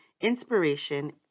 inspiration